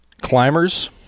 climbers